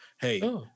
Hey